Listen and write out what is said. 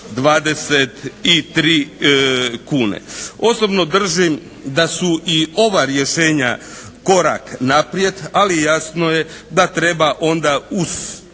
023 kune. Osobno držim da su i ova rješenja korak naprijed, ali jasno je da treba onda ustrojiti